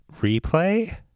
Replay